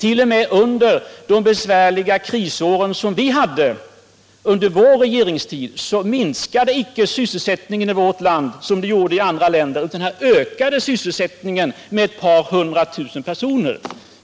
Inte ens under de besvärliga krisår som vi hade under vår regeringstid minskade sysselsättningen i vårt land som den gjorde i andra länder, utan här ökade sysselsättningen med ett par hundratusen arbetstillfällen.